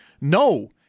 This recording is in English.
No